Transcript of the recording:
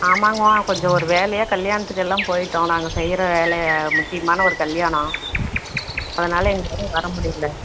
ஆமாங்கம்மா கொஞ்சம் ஒரு வேலையாக கல்யாணத்துக்கெல்லாம் போய்விட்டோம் நாங்கள் செய்கிற வேலையை முக்கியமான ஒரு கல்யாணம் அதனால் எங்களால் வர முடியலை